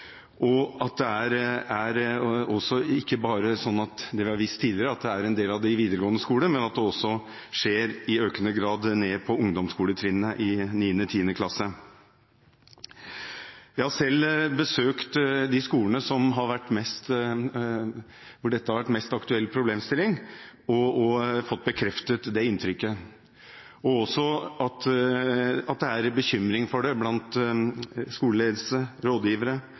vi har visst tidligere, bare ved en del av de videregående skolene, men at det i økende grad også skjer nede på ungdomsskoletrinnet, i 9.–10. klasse. Jeg har selv besøkt de skolene hvor dette mest har vært en aktuell problemstilling, og fått bekreftet det inntrykket, og også at det er bekymring over dette blant skoleledelse, rådgivere